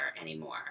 anymore